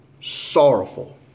sorrowful